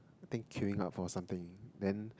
think queuing up for something then